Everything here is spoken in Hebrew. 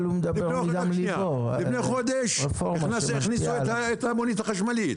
לפני חודש הכניסו את המונית החשמלית,